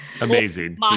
amazing